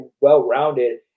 well-rounded